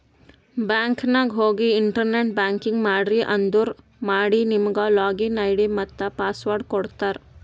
bank ನಾಗ್ ಹೋಗಿ internet banking ಮಾಡ್ರಿ ಅಂದುರ್ ಮಾಡಿ ನಿಮುಗ್ ಲಾಗಿನ್ ಐ.ಡಿ ಮತ್ತ ಪಾಸ್ವರ್ಡ್ ಕೊಡ್ತಾರ್